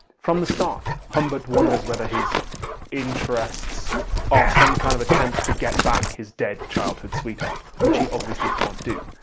from the start humbert wonders whether his interests are some kind of attempt to get back his dead childhood sweetheart, which he obviously can't do.